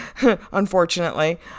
unfortunately